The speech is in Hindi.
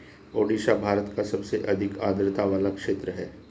ओडिशा भारत का सबसे अधिक आद्रता वाला क्षेत्र है